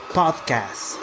podcast